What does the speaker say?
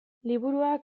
liburuak